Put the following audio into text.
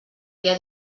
via